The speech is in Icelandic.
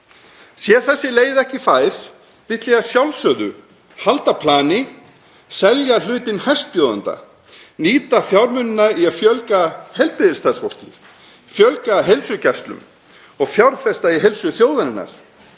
Sé þessi leið ekki fær vil ég að sjálfsögðu halda plani, selja hlutinn hæstbjóðanda, nýta fjármunina í að fjölga heilbrigðisstarfsfólki, fjölga heilsugæslum og fjárfesta í heilsu þjóðarinnar